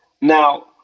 Now